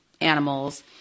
animals